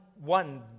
one